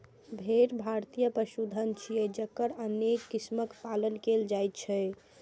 भेड़ भारतीय पशुधन छियै, जकर अनेक किस्मक पालन कैल जाइ छै